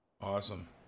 Awesome